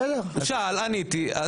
הוא שאל, עניתי.